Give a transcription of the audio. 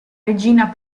regina